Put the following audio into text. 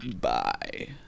Bye